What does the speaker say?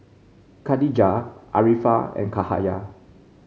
Katijah Arifa and Cahaya